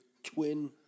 twin